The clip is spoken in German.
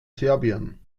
serbien